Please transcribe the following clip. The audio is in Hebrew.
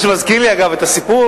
מה שמזכיר לי, אגב, את הסיפור: